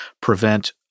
prevent